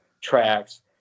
tracks